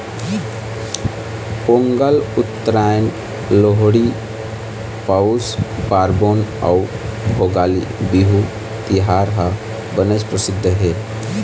पोंगल, उत्तरायन, लोहड़ी, पउस पारबोन अउ भोगाली बिहू तिहार ह बनेच परसिद्ध हे